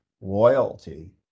loyalty